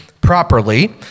properly